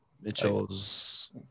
Mitchell's